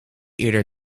eerder